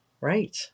right